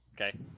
Okay